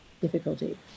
difficulty